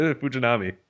Fujinami